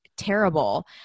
terrible